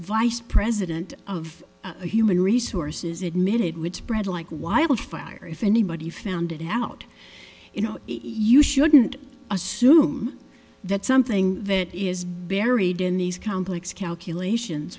vice president of human resources admitted would spread like wildfire if anybody found it out you know you shouldn't assume that something that is buried in these conflicts calculations